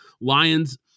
Lions